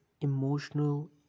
emotional